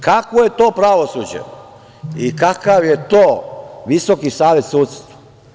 Kakvo je to pravosuđe i kakav je to Visoki savet sudstva?